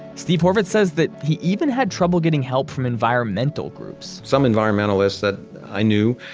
steve horvitz says that he even had trouble getting help from environmental groups some environmentalists that i knew,